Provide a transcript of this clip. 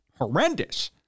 horrendous